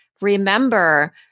remember